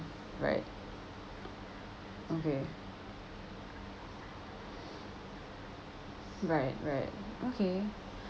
right okay right right okay